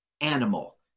animal